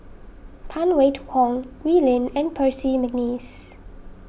Phan Wait Hong Wee Lin and Percy McNeice